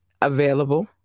available